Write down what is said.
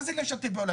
מה זה לשתף פעולה?